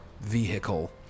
vehicle